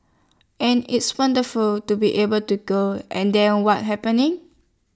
and it's wonderful to be able to go and then what happening